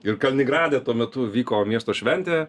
ir kaliningrade tuo metu vyko miesto šventė